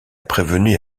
prévenu